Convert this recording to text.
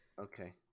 Okay